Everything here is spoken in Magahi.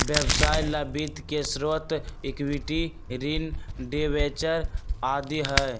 व्यवसाय ला वित्त के स्रोत इक्विटी, ऋण, डिबेंचर आदि हई